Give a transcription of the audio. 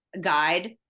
guide